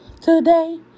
today